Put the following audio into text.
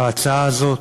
ההצעה הזאת,